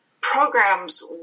programs